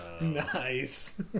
Nice